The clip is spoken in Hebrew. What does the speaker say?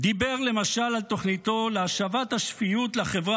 דיבר למשל על תוכניתו להשבת השפיות לחברה